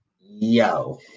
Yo